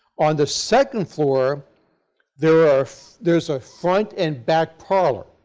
on the second floor there ah there is ah front and back parlor.